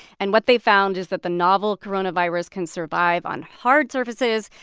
and what they found is that the novel coronavirus can survive on hard surfaces,